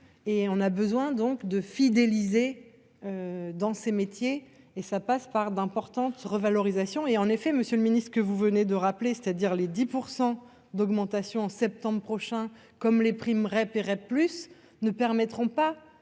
et on a besoin donc de fidéliser dans ces métiers et ça passe par d'importantes revalorisations est, en effet, Monsieur le Ministre, que vous venez de rappeler, c'est-à-dire les 10 % d'augmentation en septembre prochain, comme les primes plus ne permettront pas